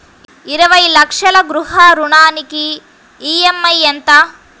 ఇరవై లక్షల గృహ రుణానికి ఈ.ఎం.ఐ ఎంత?